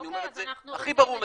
ואני אומר את זה הכי ברור לכולם.